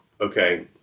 okay